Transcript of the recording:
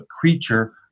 creature